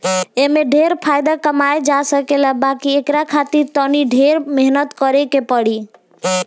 एमे ढेरे फायदा कमाई जा सकेला बाकी एकरा खातिर तनी ढेरे मेहनत करे के पड़ी